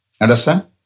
Understand